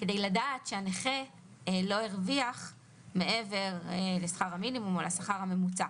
כדי לדעת שהנכה לא הרוויח מעבר לשכר המינימום או לשכר הממוצע.